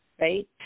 right